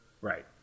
Right